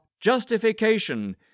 justification